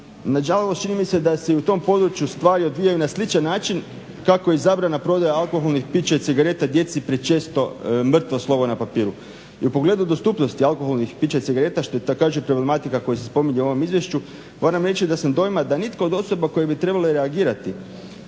Nažalost čini mi se da se i u tom području stvari odvijaju na sličan način kako i zabrana prodaje alkoholnih pića i cigareta djeci prečesto mrtvo slovo na papiru. I u pogledu dostupnosti alkoholnih pića i cigareta što je također problematika koja se spominje u ovom izvješću moram reći da sam dojma da nitko od osoba koje bi trebale reagirati